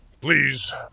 Please